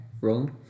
Rolling